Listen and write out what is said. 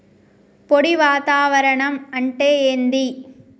పొడి వాతావరణం అంటే ఏంది?